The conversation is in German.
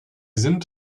sind